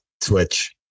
switch